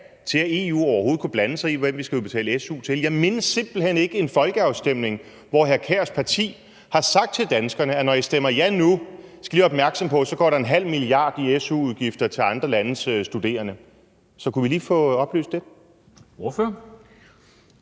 til, at EU overhovedet kunne blande sig i, hvem vi skal udbetale su til? Jeg mindes simpelt hen ikke en folkeafstemning, hvor hr. Kjærs parti har sagt til danskerne: Når I stemmer ja nu, skal I være opmærksomme på, at der går 0,5 mia. kr. i su-udgifter til andre landes studerende. Så kunne vi lige få oplyst det? Kl.